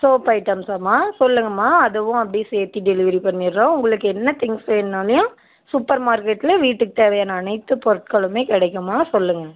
soap ஐட்டம்ஸாம்மா சொல்லுங்கம்மா அதுவும் அப்படியே சேர்த்தி டெலிவரி பண்ணிடுறோம் உங்களுக்கு என்ன திங்க்ஸ் வேண்ணாலையும் சூப்பர் மார்க்கெட்டில் வீட்டுக்குத் தேவையான அனைத்துப் பொருட்களுமே கிடைக்கும்மா சொல்லுங்கள்